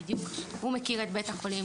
הוא מכיר את בית החולים,